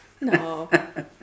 No